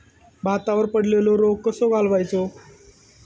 भातावर पडलेलो रोग कसो घालवायचो?